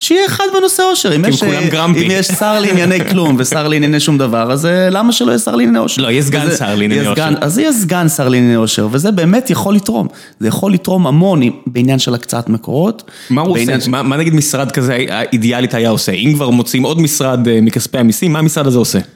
שיהיה אחד בנושא אושר, אם יש שר לענייני כלום ושר לענייני שום דבר, אז למה שלא יהיה שר לענייני אושר? לא, יהיה סגן שר לענייני אושר. אז יהיה סגן שר לענייני אושר, וזה באמת יכול לתרום. זה יכול לתרום המון בעניין של הקצאת מקורות. מה נגיד משרד כזה אידיאלית היה עושה? אם כבר מוציאים עוד משרד מכספי המיסים, מה המשרד הזה עושה?